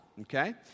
okay